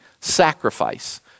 sacrifice